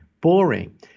boring